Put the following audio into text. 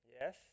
Yes